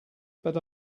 but